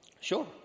Sure